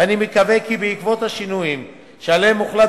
ואני מקווה כי בעקבות השינויים שעליהם הוחלט